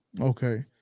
Okay